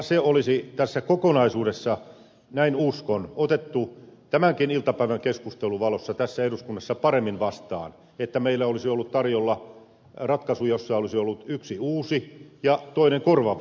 se olisi tässä kokonaisuudessa näin uskon otettu tämänkin iltapäivän keskustelun valossa tässä eduskunnassa paremmin vastaan että meillä olisi ollut tarjolla ratkaisu jossa olisi ollut yksi uusi ja toinen korvaava investointi